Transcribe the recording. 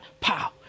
pow